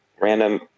random